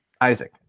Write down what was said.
Isaac